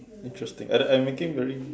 interesting I'm I'm making very